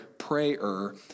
prayer